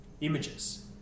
Images